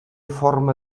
forma